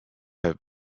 have